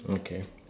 okay